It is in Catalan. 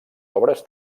obres